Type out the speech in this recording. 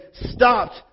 stopped